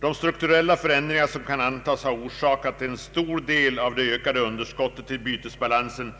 De strukturella förändringar, som kan antas ha orsakat en stor del av det ökade underskottet i bytesbalansen,